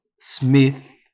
Smith